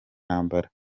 ntambara